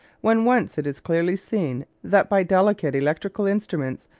when once it is clearly seen that by delicate electrical instruments,